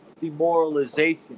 demoralization